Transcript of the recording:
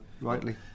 rightly